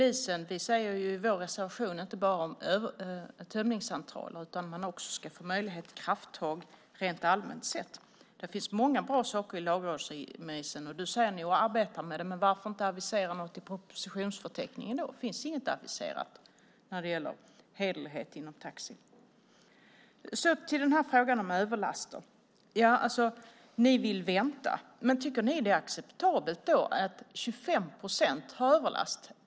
I vår reservation tar vi inte bara upp tömningscentralerna, utan vi vill att polisen också ska få möjlighet att ta till krafttag rent allmänt. Det finns många bra saker i lagrådsremissen, och Ulla Löfgren säger att de arbetar med den. Varför då inte avisera något i propositionsförteckningen? Där finns inget aviserat om hederlighet inom taxibranschen. Så till frågan om överlaster. Ni vill vänta, men tycker ni att det är acceptabelt att 25 procent har överlast?